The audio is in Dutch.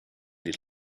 dit